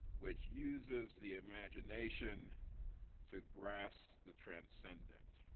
which uses the imagination to grasp the transcendent